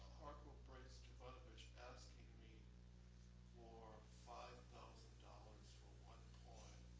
harcourt brace jovanovich asking me for five thousand dollars for one poem,